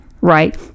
right